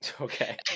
Okay